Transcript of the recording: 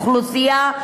ושל אוכלוסייה,